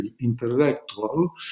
intellectual